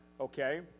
okay